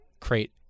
create